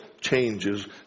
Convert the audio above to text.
changes